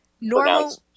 normal